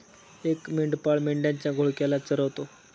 एक मेंढपाळ मेंढ्यांच्या घोळक्याला चरवतो